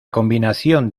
combinación